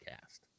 cast